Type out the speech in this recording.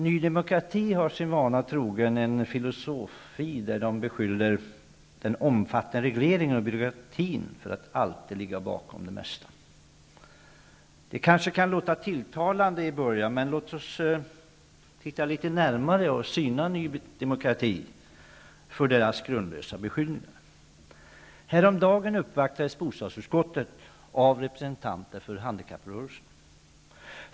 Ny demokrati har sin vana trogen en egen filosofi, där partiet beskyller den omfattande regleringen och byråkratin för att ligga bakom det allra mesta. Det kan låta tilltalande i början, men låt oss närmare syna Ny demokrati och partiets grundlösa beskyllningar. Häromdagen uppvaktades bostadsutskottet av representanter för handikapprörelsen.